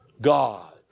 God